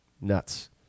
Nuts